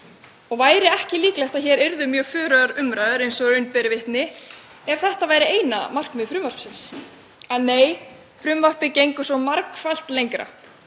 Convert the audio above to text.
Væri ekki líklegt að hér yrðu mjög fjörugar umræður eins og raun ber vitni ef þetta væri eina markmið frumvarpsins? Nei, frumvarpið gengur svo margfalt lengra.